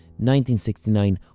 1969